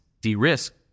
de-risk